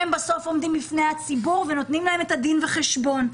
הם בסוף עומדים בפני הציבור ונותנים לו את הדין וחשבון.